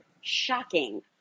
shocking